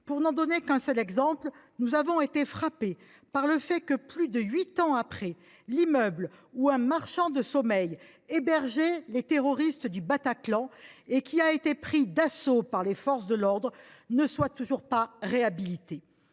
Pour ne donner qu’un seul exemple, nous avons été frappés par le fait que, plus de huit ans après les faits, l’immeuble où un marchand de sommeil hébergeait les terroristes du Bataclan, et qui avait été pris d’assaut par les forces de l’ordre, ne soit toujours pas réhabilité.